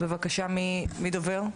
בבקשה, מי דובר?